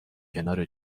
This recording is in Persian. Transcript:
کنار